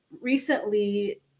recently